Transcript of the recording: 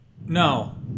No